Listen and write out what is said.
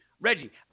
Reggie